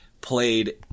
played